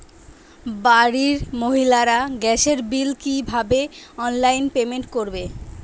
বাড়ির মহিলারা গ্যাসের বিল কি ভাবে অনলাইন পেমেন্ট করবে?